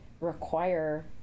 require